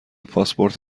پاسپورت